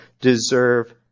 deserve